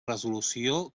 resolució